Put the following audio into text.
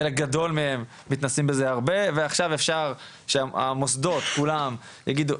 חלק גדול מהם מתנסים בזה הרבה ועכשיו אפשר שהמוסדות כולם יגידו,